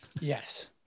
yes